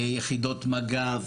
יחידות מג"ב,